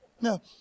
no